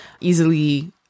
easily